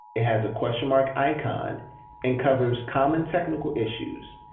it has a question mark icon and covers common technical issues.